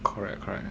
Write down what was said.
correct correct